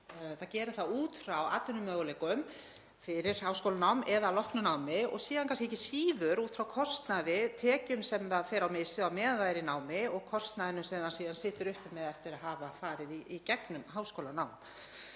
Það gerir það út frá atvinnumöguleikum fyrir háskólanám eða að loknu námi og ekki síður út frá kostnaði, tekjum sem það fer á mis við á meðan það er í námi og kostnaðinum sem það síðan situr uppi með eftir að hafa farið í gegnum háskólanám.